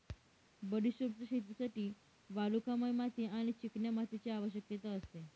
बडिशोपच्या शेतीसाठी वालुकामय माती आणि चिकन्या मातीची आवश्यकता असते